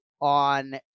on